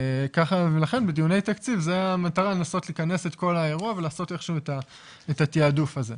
ולכן בדיוני תקציב המטרה היא לכנס את האירוע ולעשות את התיעדוף הזה.